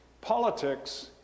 politics